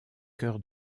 cœur